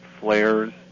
flares